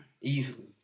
Easily